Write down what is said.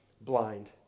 blind